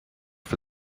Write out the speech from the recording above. for